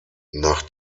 nach